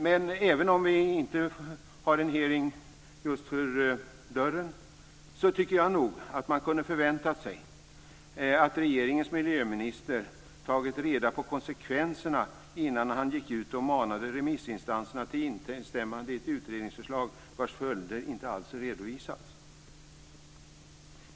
Men även om vi inte har en hearing just för dörren, tycker jag nog att man kunde ha förväntat sig att regeringens miljöminister tagit reda på konsekvenserna innan han gick ut och manade remissinstanserna till instämmande i ett utredningsförslag vars följder inte alls har redovisats.